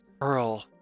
Earl